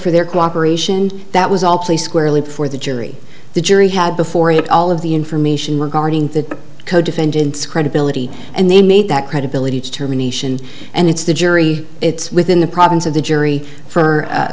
for their cooperation that was all play squarely for the jury the jury had before it all of the information regarding the co defendants credibility and they made that credibility terminations and it's the jury it's within the province of the jury for